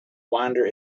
wander